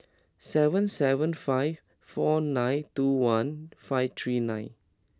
seven seven five four nine two one five three nine